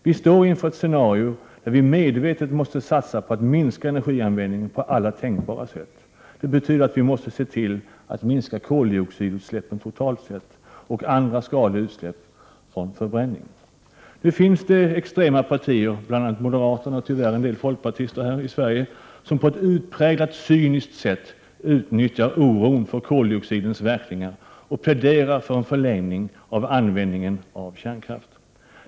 Vi står inför ett scenario där vi medvetet måste satsa på att minska energianvändningen på alla tänkbara sätt. Det betyder att vi måste se till att minska koldioxidutsläppen totalt sett och andra skadliga utsläpp från förbränning. Nu finns det extrema partier, bl.a. moderaterna och tyvärr även en del folkpartister i Sverige, som på ett utpräglat cyniskt sätt utnyttjar oron för koldioxidens verkningar och pläderar för en förlängning av användningen av kärnkraft.